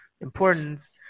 importance